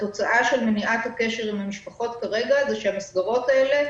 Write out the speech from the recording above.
התוצאה של מניעת הקשר עם המשפחות כרגע היא שהמסגרות האלה